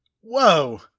Whoa